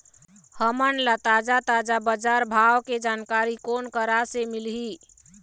हमन ला ताजा ताजा बजार भाव के जानकारी कोन करा से मिलही?